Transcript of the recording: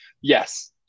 yes